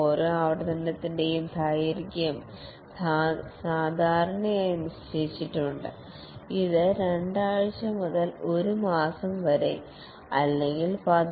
ഓരോ ആവർത്തനത്തിന്റെയും ദൈർഘ്യം സാധാരണയായി നിശ്ചയിച്ചിട്ടുണ്ട് ഇത് 2 ആഴ്ച മുതൽ 1 മാസം വരെ അല്ലെങ്കിൽ 1